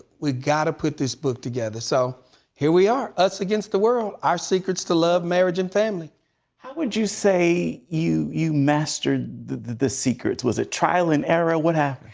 we've got to put this book together. so here we are, us against the world. our secrets to love, marriage, and family. efrem how would you say you you mastered the the secrets? was it trial and error? what